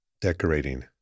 Decorating